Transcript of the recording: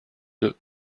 deux